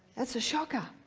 that's a shocker,